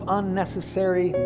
unnecessary